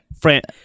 France